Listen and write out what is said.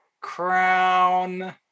crown